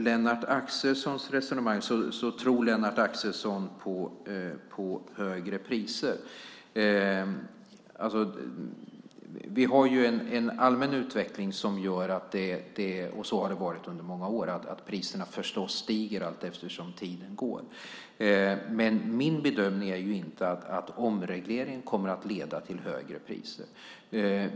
Lennart Axelsson tror på högre priser i sitt resonemang. Vi har en allmän utveckling - så har det varit under många år - där priserna förstås stiger allteftersom tiden går. Men min bedömning är inte att omregleringen kommer att leda till högre priser.